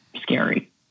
scary